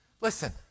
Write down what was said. listen